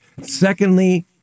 Secondly